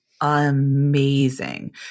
Amazing